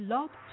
Love